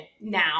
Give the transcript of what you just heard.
now